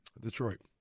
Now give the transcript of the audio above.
Detroit